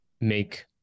make